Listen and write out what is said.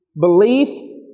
Belief